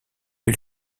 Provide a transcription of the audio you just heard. eut